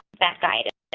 that guidance